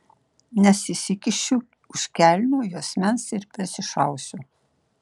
nes įsikišiu už kelnių juosmens ir persišausiu